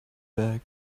bag